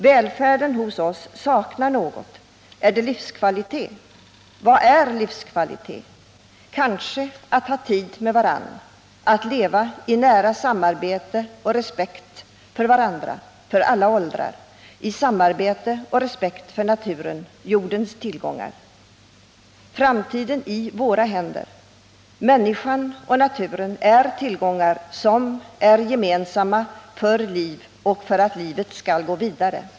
Välfärden hos oss saknar något. Är det livskvalitet? Vad är då livskvalitet? Kanske att ha tid med varandra, att leva i nära samarbete och respekt för varandra, för alla åldrar, i samarbete och respekt för naturen och jordens tillgångar. Framtiden i våra händer. Människan och naturen är tillgångar, som är gemensamma för liv och för att livet skall gå vidare.